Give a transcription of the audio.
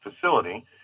facility